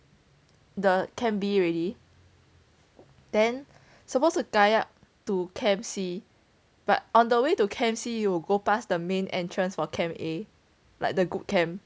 the camp B ready then supposed to kayak to camp C but on the way to camp C you will go past the main entrance for camp A like the good camp